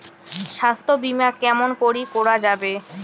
স্বাস্থ্য বিমা কেমন করি করা যাবে?